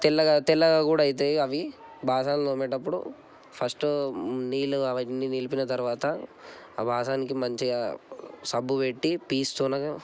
తెల్లగా తెల్లగా కూడా అవుతుంది అవి బాసనలు తోమినప్పుడు ఫస్ట్ నీళ్ళు కావాలి నీళ్ళు అవన్నీ నింపిన తర్వాత ఆ వాసనకి మంచిగా సబ్బు పెట్టి పీచుతో